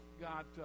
got